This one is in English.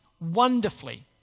wonderfully